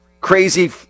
crazy